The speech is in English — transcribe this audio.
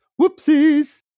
whoopsies